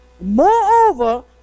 Moreover